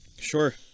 sure